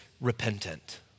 repentant